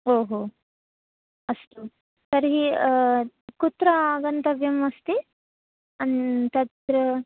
ओ हो अस्तु तर्हि कुत्र आगन्तव्यम् अस्ति तत्र